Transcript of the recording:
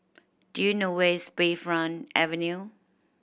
do you know where is Bayfront Avenue